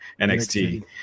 NXT